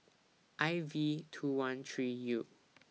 I V two one three U